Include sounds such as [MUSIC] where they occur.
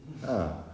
[LAUGHS]